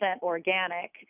organic